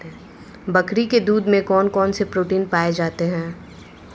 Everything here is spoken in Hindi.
बकरी के दूध में कौन कौनसे प्रोटीन पाए जाते हैं?